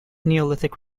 neolithic